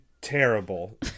terrible